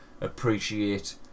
appreciate